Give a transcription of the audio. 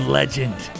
legend